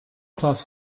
class